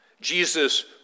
Jesus